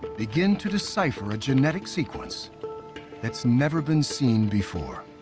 begin to decipher a genetic sequence that's never been seen before.